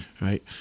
right